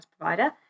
provider